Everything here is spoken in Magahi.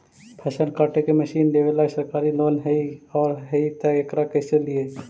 फसल काटे के मशीन लेबेला सरकारी लोन हई और हई त एकरा कैसे लियै?